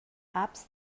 apps